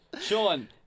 Sean